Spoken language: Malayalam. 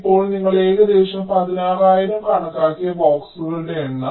ഇപ്പോൾ നിങ്ങൾ ഏകദേശം 16000 കണക്കാക്കിയ ബോക്സുകളുടെ എണ്ണം